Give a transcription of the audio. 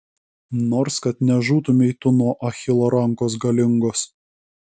nors kad nežūtumei tu nuo achilo rankos galingos